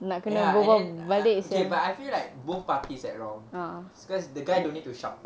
eh ya and then okay but I feel like both parties at wrong because the guy don't need to shout